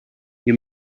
you